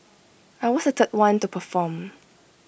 I was the third one to perform